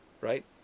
right